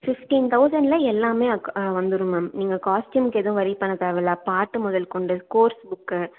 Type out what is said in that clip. fifteen தொளசண்ட்டில் எல்லாமே அக் வந்துரும் மேம் நீங்கள் காஸ்ட்டியும் எதுவும் ஒரி பண்ண தேவையில்ல பாட்டு முதல் கொண்டு கோர்ஸ் புக்கு